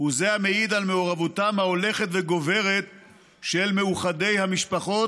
הוא זה המעיד על מעורבותם ההולכת וגוברת של מאוחדי המשפחות,